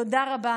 תודה רבה.